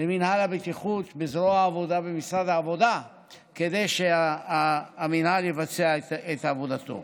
למינהל הבטיחות בזרוע העבודה במשרד העבודה כדי שהמינהל יבצע את עבודתו.